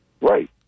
Right